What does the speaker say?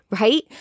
Right